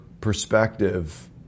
perspective